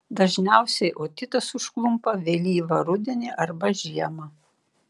dažniausiai otitas užklumpa vėlyvą rudenį arba žiemą